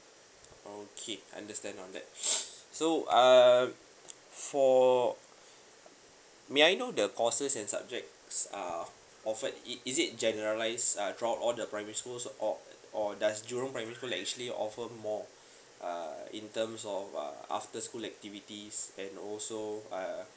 okay understand on that so uh for may I know the courses and subjects uh offered it is it generalize uh throughout all the primary schools or or does jurong primary school‘s actually offer more uh in terms of uh after school activities and also uh